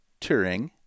Turing